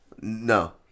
No